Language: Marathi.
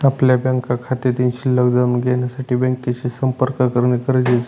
आपल्या बँक खात्यातील शिल्लक जाणून घेण्यासाठी बँकेशी संपर्क करणे गरजेचे आहे